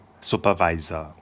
supervisor